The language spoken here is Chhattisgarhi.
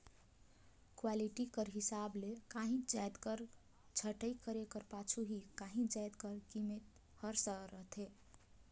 क्वालिटी कर हिसाब ले काहींच जाएत कर छंटई करे कर पाछू ही काहीं जाएत कर कीमेत हर रहथे